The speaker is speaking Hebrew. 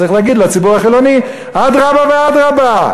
צריך להגיד לציבור החילוני: אדרבה ואדרבה.